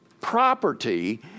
property